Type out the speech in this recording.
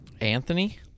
Anthony